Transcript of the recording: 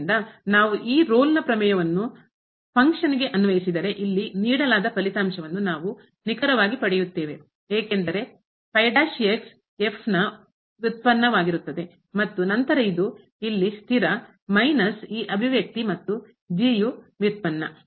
ಆದ್ದರಿಂದ ನಾವು ಈಗ ರೋಲ್ನ ಪ್ರಮೇಯವನ್ನು ಫಂಕ್ಷನ್ ಗೆ ಕಾರ್ಯಕ್ಕೆ ಅನ್ವಯಿಸಿದರೆ ಇಲ್ಲಿ ನೀಡಲಾದ ಫಲಿತಾಂಶವನ್ನು ನಾವು ನಿಖರವಾಗಿ ಪಡೆಯುತ್ತೇವೆ ಏಕೆಂದರೆ ವ್ಯುತ್ಪನ್ನ ವಾಗಿರುತ್ತದೆ ಮತ್ತು ನಂತರ ಇದು ಇಲ್ಲಿಯ ಸ್ಥಿರ ಕಾನ್ಸ್ಟೆಂಟ್ ಮೈನಸ್ ಈ ಅಭಿವ್ಯಕ್ತಿ ಮತ್ತು ವ್ಯುತ್ಪನ್ನ